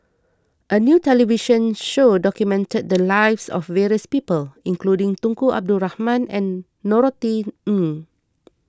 a new television show documented the lives of various people including Tunku Abdul Rahman and Norothy Ng